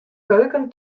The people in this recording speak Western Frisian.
keuken